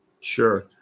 Sure